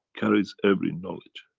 carries every knowledge.